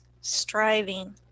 striving